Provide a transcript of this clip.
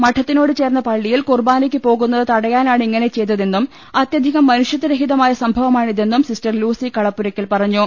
മഠത്തിനോട് ചേർന്ന പള്ളിയിൽ കുർബാനക്ക് പോകുന്നത് തടയാനാണ് ഇങ്ങനെ ചെയ് തതെന്നും അത്യധികം മനുഷ്യത്വർഹിതമായ സംഭവമാണിതെന്നും സിസ്റ്റർ ലൂസി കളപ്പുരക്കൽ പറഞ്ഞു